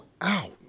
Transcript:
out